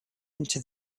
into